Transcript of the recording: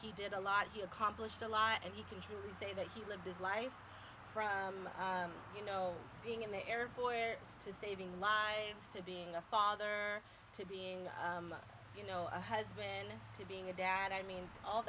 he did a lot he accomplished a lot and you can truly say that he lived his life from you know being in the air boy to saving lives to being a father to being you know a husband to being a dad i mean all